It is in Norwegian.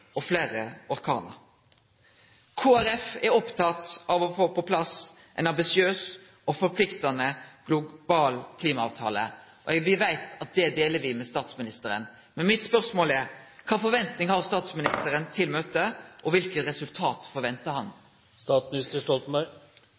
og fleire orkanar. Kristeleg Folkeparti er oppteke av å få på plass ein ambisiøs og forpliktande global klimaavtale, og me veit at det deler me med statsministeren. Men spørsmålet mitt er: Kva forventningar har statsministeren til møtet, og kva for resultat ventar han?